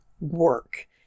work